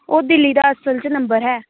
ਉਹ ਦਿੱਲੀ ਦਾ ਅਸਲ 'ਚ ਨੰਬਰ ਹੈ